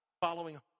following